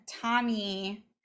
Tommy